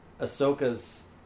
Ahsoka's